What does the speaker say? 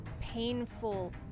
painful